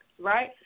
right